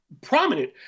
prominent